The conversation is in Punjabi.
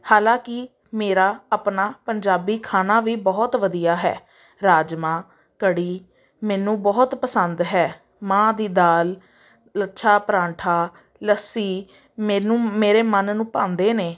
ਹਾਲਾਂਕਿ ਮੇਰਾ ਆਪਣਾ ਪੰਜਾਬੀ ਖਾਣਾ ਵੀ ਬਹੁਤ ਵਧੀਆ ਹੈ ਰਾਜਮਾਂਹ ਕੜ੍ਹੀ ਮੈਨੂੰ ਬਹੁਤ ਪਸੰਦ ਹੈ ਮਾਂਹ ਦੀ ਦਾਲ ਲੱਛਾ ਪਰਾਂਠਾ ਲੱਸੀ ਮੈਨੂੰ ਮੇਰੇ ਮਨ ਨੂੰ ਭਾਉਂਦੇ ਨੇ